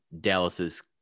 Dallas's